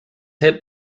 hit